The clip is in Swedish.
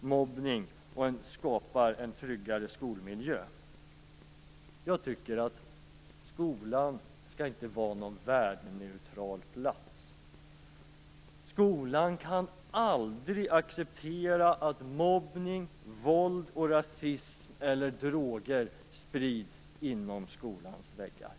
mobbning och skapar en tryggare skolmiljö. Skolan skall inte vara en värdeneutral plats. Skolan kan aldrig acceptera att mobbning, våld eller rasism eller droger sprids inom skolans väggar.